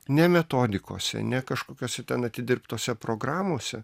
ne metodikose ne kažkokiose ten atidirbtose programose